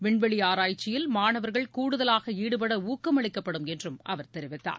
விண்வெளி ஆராய்ச்சியில் மாணவர்கள் கூடுதலாக ஈடுபட ஊக்கமளிக்கப்படும் என்றும் அவர் தெரிவித்தார்